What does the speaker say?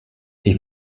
ich